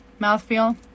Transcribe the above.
mouthfeel